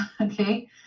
Okay